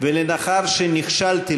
ולאחר שנכשלתי,